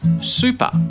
Super